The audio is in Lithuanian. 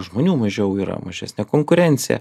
žmonių mažiau yra mažesnė konkurencija